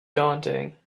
daunting